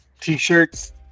t-shirts